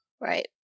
Right